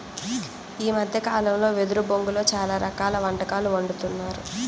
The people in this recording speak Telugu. ఈ మద్దె కాలంలో వెదురు బొంగులో చాలా రకాల వంటకాలు వండుతున్నారు